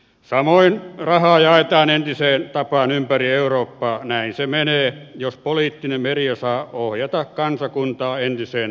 samoin rahaa jaetaan entiseen tapaan ympäri eurooppaa näin se menee jos poliittinen media saa ohjata kansakuntaa entiseen